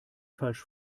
falsch